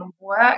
work